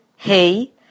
Hey